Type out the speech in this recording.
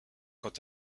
quant